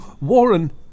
Warren